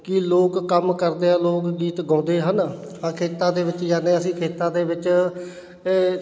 ਕੀ ਲੋਕ ਕੰਮ ਕਰਦੇ ਆ ਲੋਕ ਗੀਤ ਗਾਉਂਦੇ ਹਨ ਆ ਖੇਤਾਂ ਦੇ ਵਿੱਚ ਜਾਂਦੇ ਅਸੀਂ ਖੇਤਾਂ ਦੇ ਵਿੱਚ